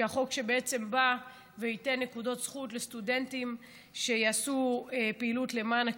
החוק שייתן נקודות זכות לסטודנטים שיעשו פעילות למען הקהילה.